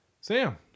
Sam